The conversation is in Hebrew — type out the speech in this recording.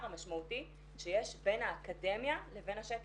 המשמעותי שיש בין האקדמיה לבין השטח.